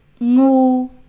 ngu